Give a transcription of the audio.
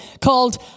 called